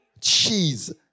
cheese